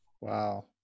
Wow